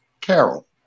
Carol